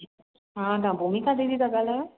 हा तव्हां भूमिका दीदी था ॻाल्हायो